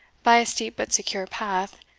by a steep but secure path,